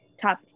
top